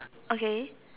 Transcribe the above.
okay